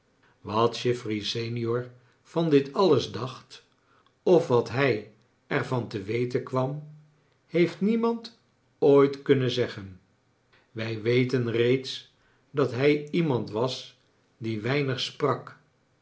wat chivery senior van dit alles dacht of wat hij er van te weten kwam heeft niemand ooit kunnen zeggen wij weten reeds dat hij iemand was die weinig sprak